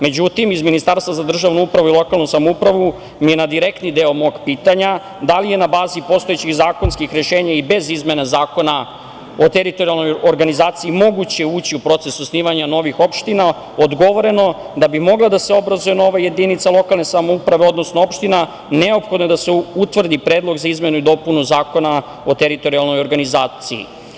Međutim, iz Ministarstva za državnu upravu i lokalnu samoupravu mi je na direktni deo mog pitanja – da li je na bazi postojećih zakonskih rešenja i bez izmena zakona o teritorijalnoj organizaciji moguće ući u proces osnivanja novih opština, odgovoreno da bi mogla da se obrazuje nova jedinica lokalne samouprave, odnosno opština, neophodno je da se utvrdi predlog za izmenu i dopunu Zakona o teritorijalnoj organizaciji.